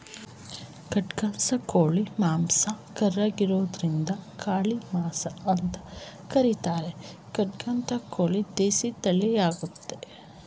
ಖಡಕ್ನಾಥ್ ಕೋಳಿ ಮಾಂಸ ಕರ್ರಗಿರೋದ್ರಿಂದಕಾಳಿಮಸಿ ಅಂತ ಕರೀತಾರೆ ಕಡಕ್ನಾಥ್ ಕೋಳಿ ದೇಸಿ ತಳಿಯಾಗಯ್ತೆ